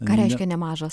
ką reiškia nemažas